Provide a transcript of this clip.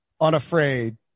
unafraid